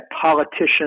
politicians